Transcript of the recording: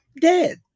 dead